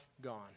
gone